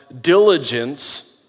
diligence